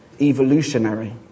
evolutionary